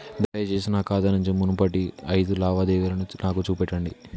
దయచేసి నా ఖాతా నుంచి మునుపటి ఐదు లావాదేవీలను నాకు చూపెట్టండి